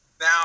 Now